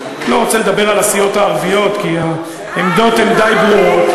לא רוצה לדבר על הסיעות הערביות כי העמדות הן די ברורות.